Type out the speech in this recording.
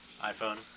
iPhone